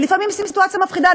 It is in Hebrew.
ולפעמים סיטואציה מפחידה,